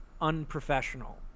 unprofessional